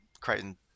Crichton